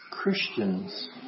Christians